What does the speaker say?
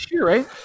right